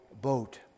boat